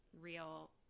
real